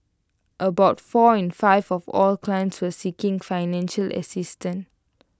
about four in five of all clients were seeking financial assistance